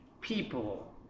people